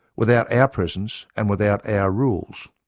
without our presence and without our rules.